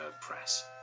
press